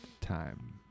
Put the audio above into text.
time